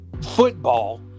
football